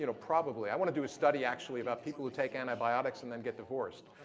you know probably. i want to do a study actually about people who take antibiotics and then get divorced.